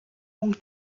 manque